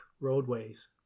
roadways